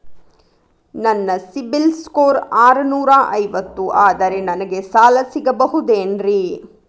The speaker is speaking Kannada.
ನನ್ನ ಸಿಬಿಲ್ ಸ್ಕೋರ್ ಆರನೂರ ಐವತ್ತು ಅದರೇ ನನಗೆ ಸಾಲ ಸಿಗಬಹುದೇನ್ರಿ?